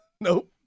Nope